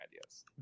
ideas